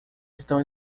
estão